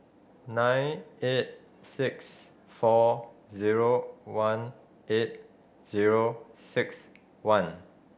nine eight six four zero one eight zero six one